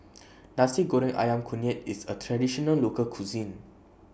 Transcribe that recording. Nasi Goreng Ayam Kunyit IS A Traditional Local Cuisine